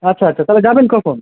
আচ্ছা আচ্ছা তাহলে যাবেন কখন